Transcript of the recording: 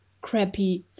crappy